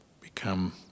become